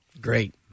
Great